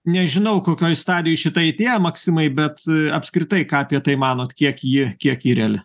nežinau kokioj stadijoj šita itėja maksimai bet apskritai ką apie tai manot kiek ji kiek ji reali